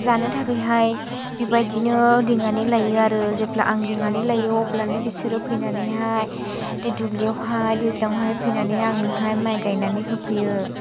जानो थाखाय हाय बेबायदिनो लिंनानै लायो आरो जेब्ला आं लिंनानै लायो अब्लानो बिसोरो फैनानैहाय बे दुब्लियावहाय दैज्लाङावहाय फैनानै आंनोहाय माइ गायनानै होफैयो